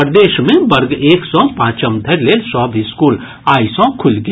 प्रदेश मे वर्ग एक सँ पांचम धरि लेल सभ स्कूल आइ सँ खुलि गेल